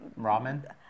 Ramen